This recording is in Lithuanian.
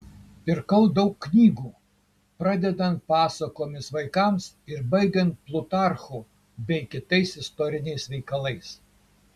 pirkau daug knygų pradedant pasakomis vaikams ir baigiant plutarchu bei kitais istoriniais veikalais